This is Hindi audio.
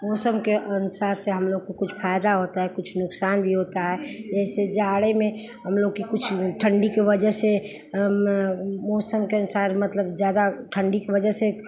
मौसम के अनुसार से हमलोग को कुछ फ़ायदा होता है कुछ नुकसान भी होता है जैसे जाड़े में हमलोग को कुछ ठण्डी की वज़ह से मौसम के अनुसार मतलब ज़्यादा ठण्डी की वज़ह से